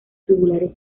tubulares